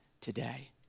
today